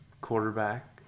quarterback